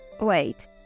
Wait